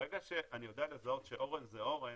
ברגע שאני יודע לזהות שאורן זה אורן